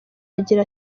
agira